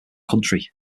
country